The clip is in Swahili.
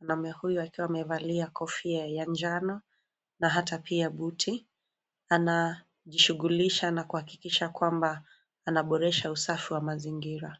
Mwanaume huyo akiwa amevalia kofia ya njano na hata pia buti anajishughulisha na kuhakikisha kwamba anaboresha usafi wa mazingira.